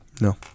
no